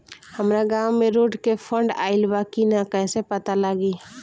हमरा गांव मे रोड के फन्ड आइल बा कि ना कैसे पता लागि?